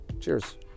Cheers